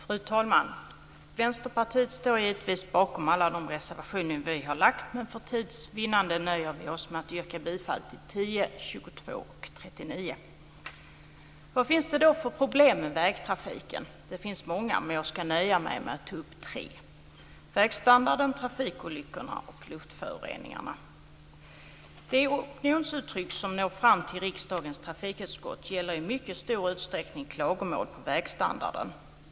Fru talman! Vänsterpartiet står givetvis bakom alla de reservationer som vi har lämnat, men för tids vinnande nöjer vi oss med att yrka bifall till nr 10, 22 Vad finns det då för problem med vägtrafiken? Det finns många, men jag ska nöja mig med att ta upp tre; vägstandarden, trafikolyckorna och luftföroreningarna. De opinionsuttryck som når fram till riksdagens trafikutskott gäller i mycket stor utsträckning klagomål på vägstandarden.